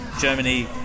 Germany